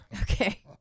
Okay